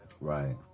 Right